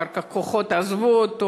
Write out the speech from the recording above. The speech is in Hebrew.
אחר כך הכוחות עזבו אותו.